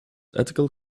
ethical